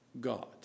God